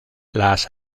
las